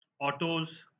autos